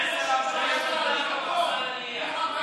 30-20 שנה.